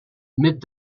mit